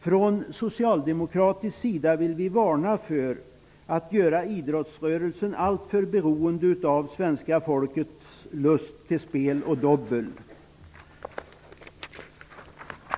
Från socialdemokratisk sida vill vi varna för att göra idrottsrörelsen alltför beroende av det svenska folkets lust till spel och dobbel.